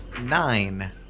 Nine